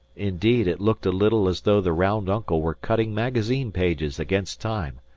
indeed, it looked a little as though the round uncle were cutting magazine pages against time.